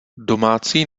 domácí